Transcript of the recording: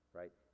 right